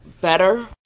better